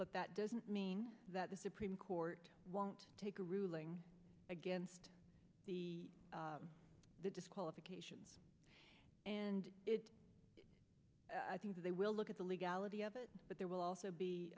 but that doesn't mean that the supreme court won't take a ruling against the disqualification and i think they will look at the legality of it but there will also be